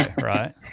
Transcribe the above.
right